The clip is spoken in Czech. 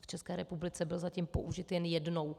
V České republice byl zatím použit jen jednou.